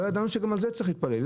לא ידענו שגם על זה צריך להתפלל.